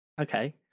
Okay